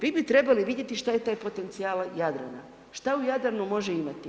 Vi bi trebali vidjeti što je taj potencijal Jadrana, što u Jadranu može imati.